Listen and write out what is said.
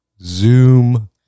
Zoom